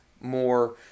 more